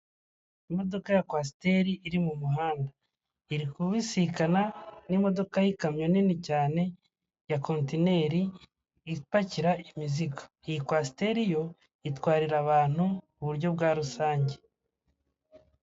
Imodoka ya kwasiteri iri mumuhanda iri kubisikana nimodoka yikamyo nini cyane ya kontineri ipakira imizigo , iyi kwasiteri yo itwarira abantu muburyo bwa rusange.